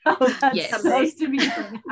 Yes